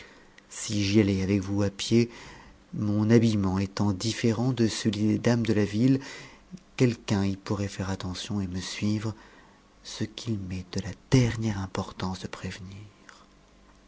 si j'allais avec vous à pied mon habillement étant différent de celui des dames de la ville quelqu'un y pourrait faire attention et me suivre ce qu'il m'est de la dernière importance de prévenir